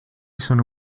sono